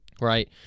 right